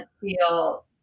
feel